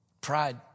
Pride